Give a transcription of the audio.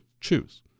choose